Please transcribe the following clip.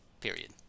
period